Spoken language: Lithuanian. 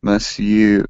mes jį